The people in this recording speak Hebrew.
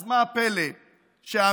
אז מה הפלא שהמסר